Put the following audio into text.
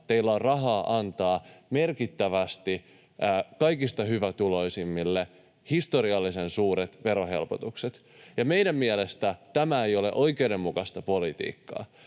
teillä on rahaa antaa merkittävästi kaikista hyvätuloisimmille, historiallisen suuret verohelpotukset? Meidän mielestämme tämä ei ole oikeudenmukaista politiikkaa.